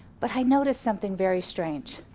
but i noticed something very strange.